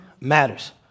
matters